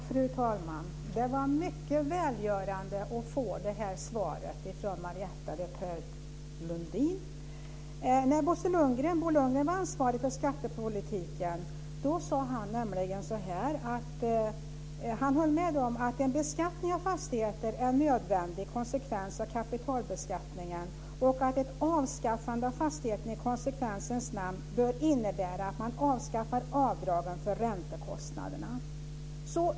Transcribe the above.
Fru talman! Det var mycket välgörande att få det svaret från Marietta de Pourbaix-Lundin. När Bo Lundgren var ansvarig för skattepolitiken höll han med om att beskattning av fastigheter är en nödvändig konsekvens av kapitalbeskattningen och att ett avskaffande av fastighetsskatten i konsekvensens namn bör innebära att man avskaffar avdragen för räntekostnaderna.